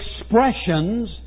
expressions